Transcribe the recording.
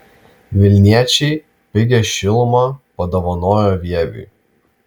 vilniečiai pigią šilumą padovanojo vieviui